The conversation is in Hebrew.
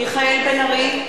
(קוראת בשמות חברי הכנסת) מיכאל בן-ארי,